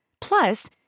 Plus